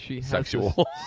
sexual